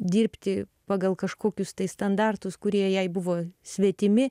dirbti pagal kažkokius tai standartus kurie jai buvo svetimi